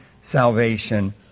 salvation